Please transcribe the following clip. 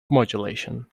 modulation